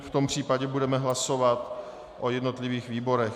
V tom případě budeme hlasovat o jednotlivých výborech.